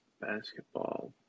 Basketball